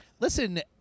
Listen